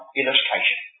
illustration